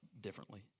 differently